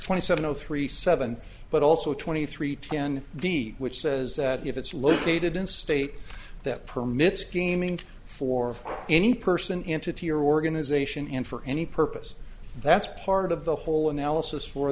twenty seven zero three seven but also twenty three ten d which says that if it's located in state that permits gaming for any person into to your organization and for any purpose that's part of the whole analysis for